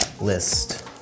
list